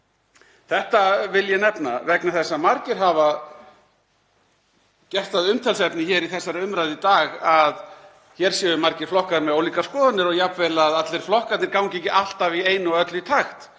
Þetta vil ég nefna vegna þess að margir hafa gert að umtalsefni í þessari umræðu í dag að hér séu margir flokkar með ólíkar skoðanir og jafnvel að allir flokkarnir gangi ekki alltaf í einu og öllu í takt.